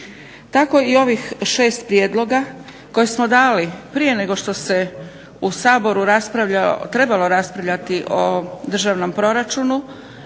Tako i ovih šest prijedloga koje smo dali prije nego što se u Saboru trebalo raspravljati o državnom proračunu